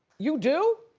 you do?